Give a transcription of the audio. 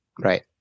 Right